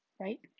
right